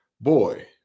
boy